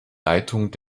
leitung